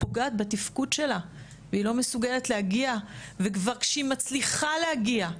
פוגעת בתפקוד שלה והיא לא מסוגלת להגיע ושהיא כבר מצליחה להגיע,